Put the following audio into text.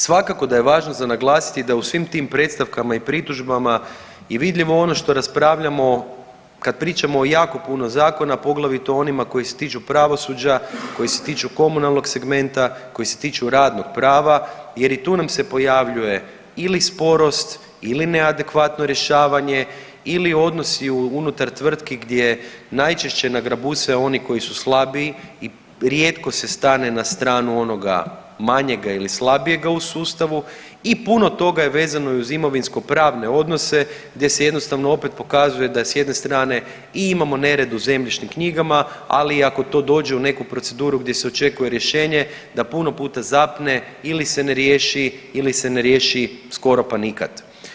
Svakako da je važno za naglasiti da u svim tim predstavkama i pritužbama je vidljivo ono što raspravljamo kad pričamo o jako puno zakona, poglavito onima koji se tiču pravosuđa, koji se tiču komunalnog segmenta, koji se tiču radnog prava jer i tu nam se pojavljuje ili sporost ili neadekvatno rješavanje ili odnosi unutar tvrtki gdje najčešće nagrabuse oni koji su slabiji i rijetko se stane na stranu onoga manjega ili slabijega u sustavu i puno toga je vezano i uz imovinsko pravne odnose gdje se jednostavno opet pokazuje da s jedne strane i imamo nered u zemljišnim knjigama, ali ako to dođe u neku proceduru gdje se očekuje rješenje da puno puta zapne ili se ne riješi ili se ne riješi skoro pa nikad.